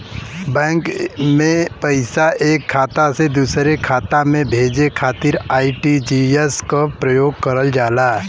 bank में पैसा एक खाता से दूसरे खाता में भेजे खातिर आर.टी.जी.एस क प्रयोग करल जाला